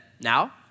Now